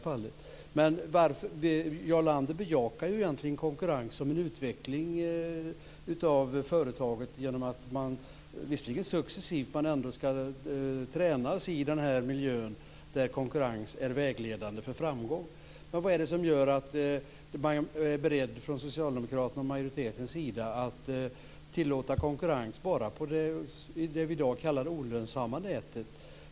Jarl Lander bejakar egentligen konkurrens och utveckling av företaget genom att det - visserligen successivt, men ändå - ska tränas i den miljö där konkurrens är vägledande för framgång. Vad är det som gör att majoriteten och socialdemokraterna är beredda att tillåta konkurrens bara på det olönsamma nätet?